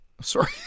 Sorry